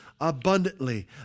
Abundantly